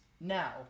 now